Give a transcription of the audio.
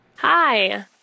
Hi